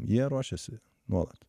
jie ruošiasi nuolat